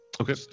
Okay